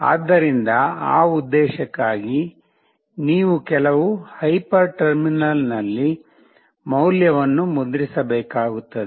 ಆದ್ದರಿಂದ ಆ ಉದ್ದೇಶಕ್ಕಾಗಿ ನೀವು ಕೆಲವು ಹೈಪರ್ ಟರ್ಮಿನಲ್ನಲ್ಲಿ ಮೌಲ್ಯವನ್ನು ಮುದ್ರಿಸಬೇಕಾಗುತ್ತದೆ